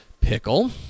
Pickle